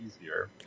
easier